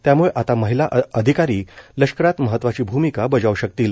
त्यामुळे आता महिला अधिकारी लष्करात महत्वाची भूमिका बजाव् शकतील